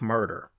Murder